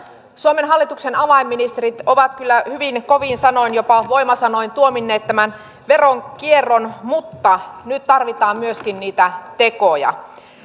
suomen hallituksen avainministerit ovat kyllä hyvin kovin sanoin jopa voimasanoin tuominneet tämän veronkierron mutta nyt tarvitaan myöskin niitä tekoja